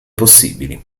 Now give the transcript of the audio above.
possibili